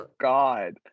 god